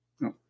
No